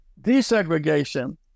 Desegregation